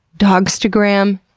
dogstagram,